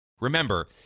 Remember